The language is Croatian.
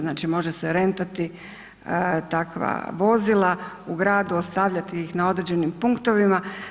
Znači može se rentati takva vozila, u gradu ostavljati ih na određenim punktovima.